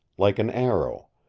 like an arrow,